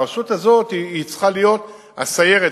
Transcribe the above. הרשות הזאת צריכה להיות הסיירת,